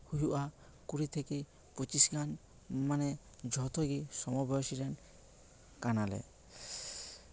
ᱦᱩᱭᱩᱜᱼᱟ ᱠᱩᱲᱤ ᱛᱷᱮᱠᱮ ᱯᱚᱸᱪᱤᱥ ᱜᱟᱱ ᱢᱟᱱᱮ ᱡᱚᱛᱚ ᱜᱮ ᱥᱚᱢᱚᱵᱚᱭᱥᱤ ᱨᱮᱱ ᱠᱟᱱᱟᱞᱮ